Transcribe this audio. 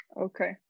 Okay